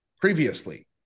previously